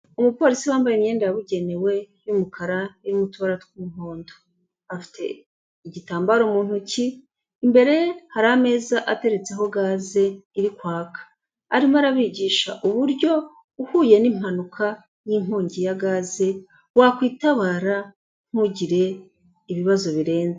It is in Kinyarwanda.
Umupolisi wambaye imyenda yabugenewe y'umukara irimo utubara tw'umuhondo, afite igitambaro mu ntoki, imbere ye hari ameza ateretseho gaze iri kwaka, arimo arabigisha uburyo uhuye n'impanuka y'inkongi ya gaze, wakwitabara ntugire ibibazo birenze.